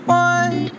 one